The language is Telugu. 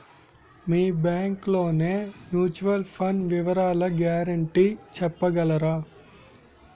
మీ బ్యాంక్ లోని మ్యూచువల్ ఫండ్ వివరాల గ్యారంటీ చెప్పగలరా?